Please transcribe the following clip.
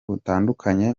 butandukanye